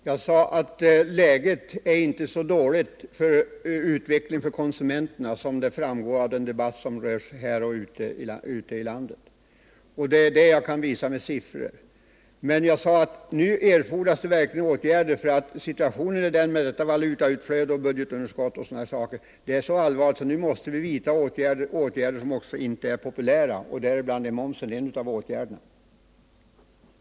Herr talman! Jag sade att utvecklingen för konsumenterna inte är så dålig som det förefaller av den debatt som förs både här och ute i landet. Det kan jag visa med siffror. Men jag sade också att situationen — med valutautflöde, budgetunderskott och överkonsumtion — nu är så allvarlig att vi måste vidta också åtgärder som inte är populära. Höjningen av momsen är en av de åtgärderna.